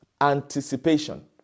anticipation